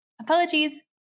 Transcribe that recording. Apologies